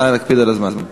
נא להקפיד על הזמן.